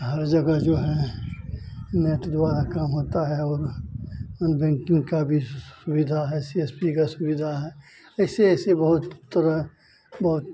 हर जगह जो है नेट द्वारा काम होता है और और बैंकिन्ग की भी सुविधा है सी एस पी की सुविधा है ऐसे ऐसे बहुत तरह बहुत